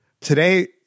Today